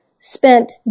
spent